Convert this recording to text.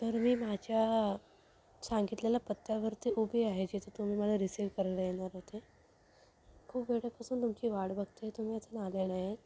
तर मी माझ्या सांगितलेल्या पत्त्यावरती उभी आहे जिथे तुम्ही मला रिसीव करायला येणार होते खूप वेळापासून तुमची वाट बघते तुम्ही अजून आले नाही